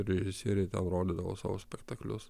režisieriai ten rodydavo savo spektaklius